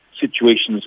situations